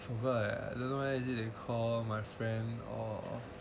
I forgot eh I don't know eh is it that they call my friend and all